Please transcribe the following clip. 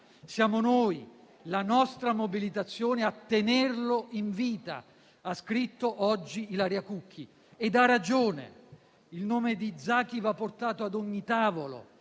Zaki. È la nostra mobilitazione, «siamo noi a tenerlo in vita», ha scritto oggi Ilaria Cucchi, e ha ragione. Il nome di Zaki va portato ad ogni tavolo,